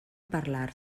parlar